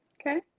Okay